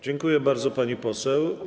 Dziękuję bardzo, pani poseł.